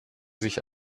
sich